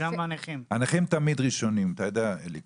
הנכים תמיד ראשונים, אתה יודע, אליקו.